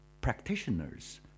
practitioners